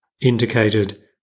indicated